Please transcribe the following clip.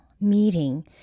meeting